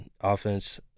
offense